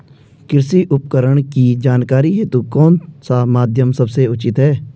कृषि उपकरण की जानकारी हेतु कौन सा माध्यम सबसे उचित है?